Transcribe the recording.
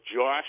Josh